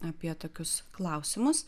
apie tokius klausimus